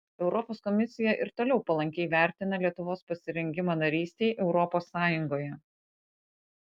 europos komisija ir toliau palankiai vertina lietuvos pasirengimą narystei europos sąjungoje